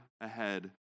ahead